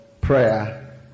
prayer